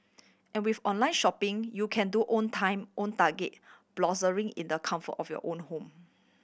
and with online shopping you can do own time own target browsing in the comfort of your own home